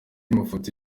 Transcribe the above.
mafoto